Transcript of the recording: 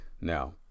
now